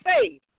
faith